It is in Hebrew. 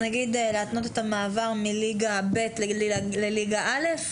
אז נגיד להתנות את המעבר מליגה ב' לליגה א'?